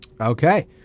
Okay